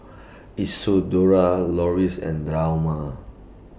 Isidore Loris and Delmar